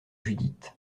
judith